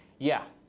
yeah.